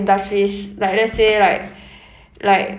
industries like let's say like like